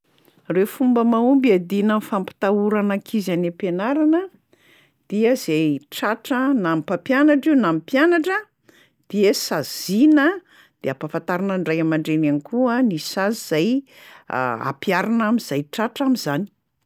Reo fomba mahomby hiadiana am'fampitahorana ankizy any am-pianarana dia zay tratra na ny mpampianatra io na ny mpianatra de saziana, de ampahafantarina ny ray aman-dreny ihany koa ny sazy zay hampiharina am'zay tratra am'zany